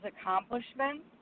accomplishments